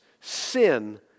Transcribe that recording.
sin